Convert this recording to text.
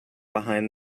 behind